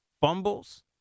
fumbles